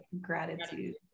Gratitude